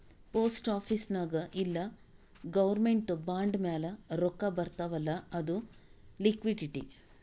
post office ನಾಗ್ ಇಲ್ಲ ಗೌರ್ಮೆಂಟ್ದು ಬಾಂಡ್ ಮ್ಯಾಲ ರೊಕ್ಕಾ ಬರ್ತಾವ್ ಅಲ್ಲ ಅದು ಲಿಕ್ವಿಡಿಟಿ